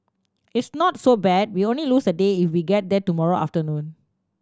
it's not so bad we only lose a day if we get there tomorrow afternoon